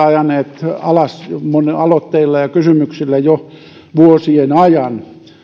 ajaneet alas aloitteilla ja kysymyksillä jo vuosien ajan en